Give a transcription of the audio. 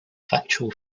factual